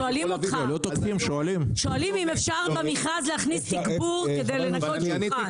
שואלים אותך אם אפשר במכרז להכניס תגבור כדי לנקות שולחן.